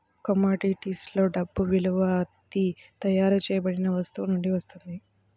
కమోడిటీస్లో డబ్బు విలువ అది తయారు చేయబడిన వస్తువు నుండి వస్తుంది